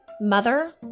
mother